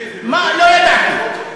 לא ידעתי?